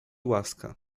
łaska